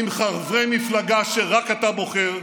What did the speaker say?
עם חברי מפלגה שרק אתה בוחר,